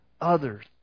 others